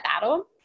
battle